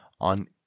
on